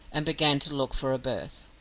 and began to look for a berth.